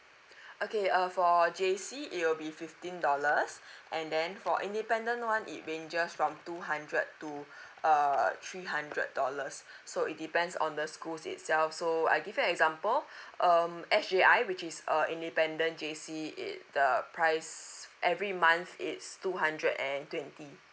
okay uh for J_C it'll be fifteen dollars and then for independent one it ranges from two hundred to uh three hundred dollars so it depends on the schools itself so I give you an example um S_J_I which is a independent J_C it the price every month is two hundred and twenty